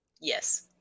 Yes